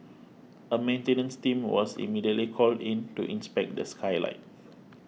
a maintenance team was immediately called in to inspect the skylight